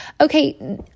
Okay